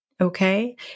okay